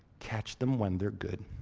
catch them when they are good.